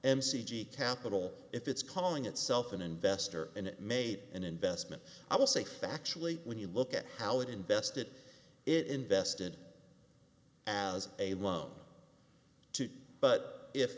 m c g capital if it's calling itself an investor and it made an investment i will say factually when you look at how it invested it invested it as a loan to but if